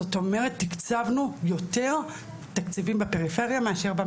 זאת אומרת תקצבנו יותר תקציבים בפריפריה מאשר במרכז.